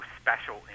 special